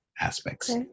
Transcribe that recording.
aspects